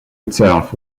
itself